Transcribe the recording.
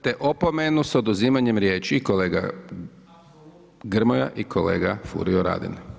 Te opomenu s oduzimanjem riječi i kolega Grmoja i kolega Furio Radin.